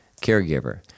caregiver